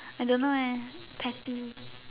I don't know lah petty